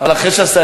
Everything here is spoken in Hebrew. אבל אחרי שסגן